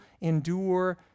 endure